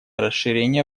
расширение